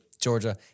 Georgia